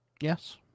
Yes